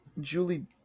Julie